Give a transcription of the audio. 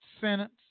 sentence